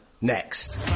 next